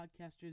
podcasters